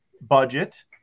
budget